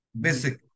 basic